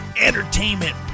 entertainment